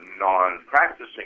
non-practicing